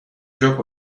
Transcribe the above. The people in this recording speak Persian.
جوک